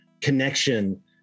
connection